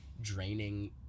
draining